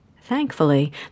Thankfully